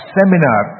seminar